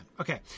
Okay